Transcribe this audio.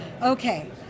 Okay